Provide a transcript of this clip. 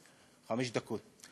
חמש דקות.